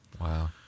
Wow